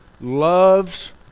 loves